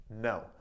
No